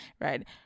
right